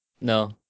No